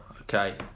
okay